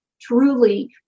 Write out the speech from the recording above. truly